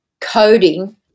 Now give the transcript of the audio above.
coding